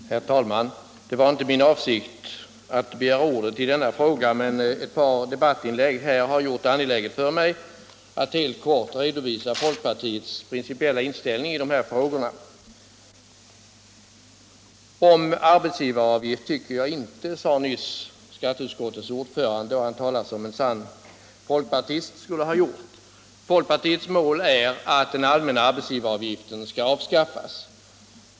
Herr talman! Der var inte min avsikt att begära ordet i denna fråga, men ett par debattinlägg har gjort det angeläget för mig att helt kort redovisa folkpartiets principiella inställning. ”Om arbetsgivaravgifter tycker jag inte”, sade nyss skatteutskottets ordförande, och han talade som en sann folkpartist skulle ha gjort. Folkpartiets mål är att den allmänna arbetsgivaravgiften skall avskaffas.